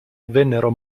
vennero